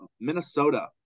Minnesota